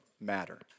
matter